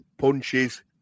punches